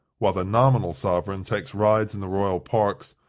while the nominal sovereign takes rides in the royal parks,